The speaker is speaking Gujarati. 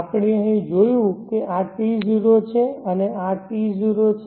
આપણે અહીં જોયું આ T0 છે અને આ T0 છે